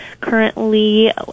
Currently